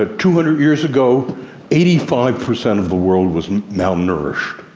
ah two hundred years ago eighty five percent of the world was malnourished.